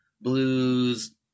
blues